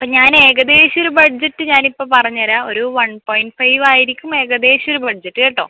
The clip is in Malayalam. ഇപ്പോൾ ഞാൻ ഏകദേശം ഒരു ബഡ്ജറ്റ് ഞാനിപ്പോൾ പറഞ്ഞേരാ ഒരു വൺ പോയിൻറ്റ് ഫൈവായിരിക്കും ഏകദേശം ഒരു ബഡ്ജറ്റ് കേട്ടോ